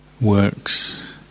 Works